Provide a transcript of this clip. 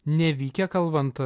nevykę kalbant